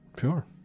Sure